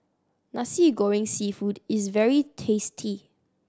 Nasi Goreng Seafood is very tasty